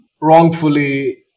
wrongfully